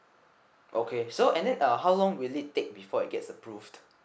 okay so and then uh how long will it take before it gets approved